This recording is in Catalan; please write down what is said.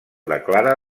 declara